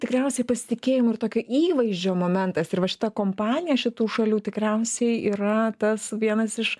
tikriausiai pasitikėjimo ir tokio įvaizdžio momentas ir va šita kompanija šitų šalių tikriausiai yra tas vienas iš